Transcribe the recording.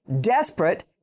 desperate